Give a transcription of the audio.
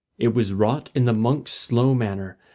it was wrought in the monk's slow manner,